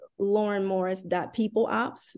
laurenmorris.peopleops